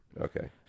Okay